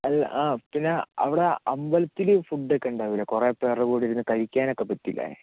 അല്ല ആ പിന്നെ അവിടെ അമ്പലത്തിൽ ഫുഡ്ഡെക്കെ ഉണ്ടാവൂലേ കുറേ പേരുടെ കൂടെയിരുന്ന് കഴിക്കാനൊക്കെ പറ്റില്ലേ